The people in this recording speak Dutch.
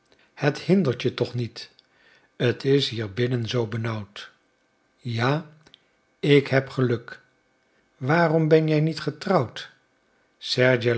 het hindert je toch niet t is hier binnen zoo benauwd ja ik heb geluk waarom ben jij niet getrouwd